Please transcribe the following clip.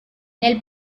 nel